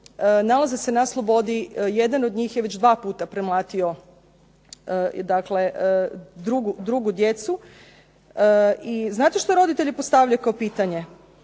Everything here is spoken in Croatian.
nalaze se na slobodi. Jedan od njih je već dva puta premlatio drugu djecu i znate što roditelji postavljaju kao pitanje?